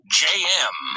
jm